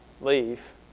leave